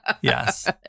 Yes